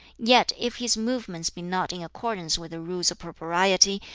yet if his movements be not in accordance with the rules of propriety,